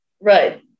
Right